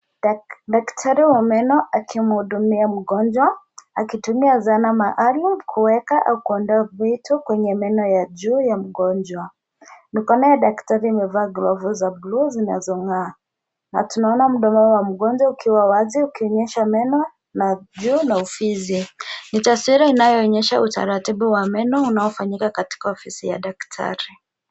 Daktari wa meno akihudumia mgonjwa akitumia akitumia zana maalum kuweka au kuondoa kitu kwenye meno ya juu ya mgonjwa. Daktari amevaa glovu za bluu zinazongaa na tunaona mdomo ya mgonjwa ukiwa wazi ukionyesha meno ya juu na ufizi. Ni taswira inayoonyesha utaratibu wa meno unafanyika katika ofisi ya daktari.